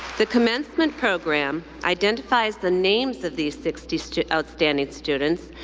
the commencement program identifies the names of these sixty outstanding students,